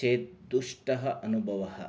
चेत् दुष्टः अनुभवः